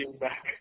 back